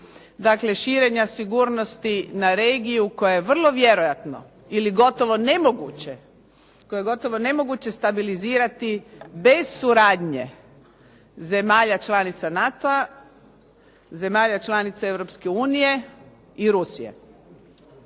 Dakle, širenja sigurnosti na regiju koja je vrlo vjerojatno ili gotovo nemoguće, koje je gotovo nemoguće stabilizirati bez suradnje zemalja članica NATO-a, zemalja članica Europske